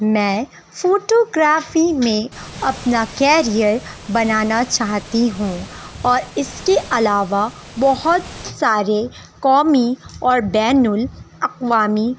میں photography میں اپنا کیریر بنانا چاہتی ہوں اور اس کے علاوہ بہت سارے قومی اور بین الاقوامی